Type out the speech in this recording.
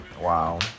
Wow